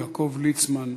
יעקב ליצמן,